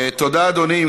תודה, אדוני.